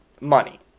money